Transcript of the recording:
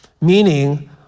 meaning